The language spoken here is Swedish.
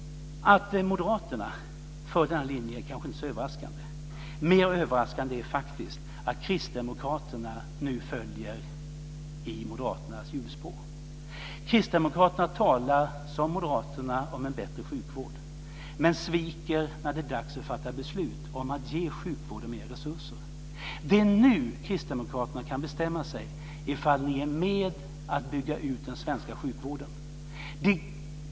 Att Moderaterna går på denna linje kanske inte är så överraskande. Mer överraskande är att Kristdemokraterna nu följer i Moderaternas hjulspår. Kristdemokraterna talar, som Moderaterna, om en bättre sjukvård men sviker när det är dags att fatta beslut om att ge sjukvården mer resurser. Det är nu Kristdemokraterna kan bestämma sig om de är med på att bygga ut den svenska sjukvården.